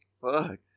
Fuck